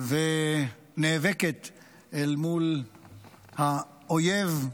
ונאבקת אל מול האויב,